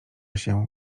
się